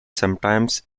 sometimes